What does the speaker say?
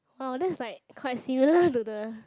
oh this is like quite similar to the